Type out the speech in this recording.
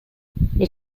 this